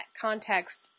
context